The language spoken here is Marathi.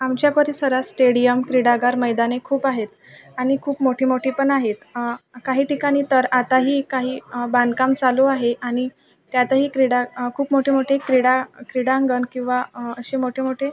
आमच्या परिसरात स्टेडियम क्रीडागार मैदाने खूप आहेत आणि खूप मोठी मोठी पण आहेत काही ठिकाणी तर आताही काही बांधकाम चालू आहे आणि त्यातही क्रीडा खूप मोठे मोठे क्रीडा क्रीडांगण किंवा असे मोठे मोठे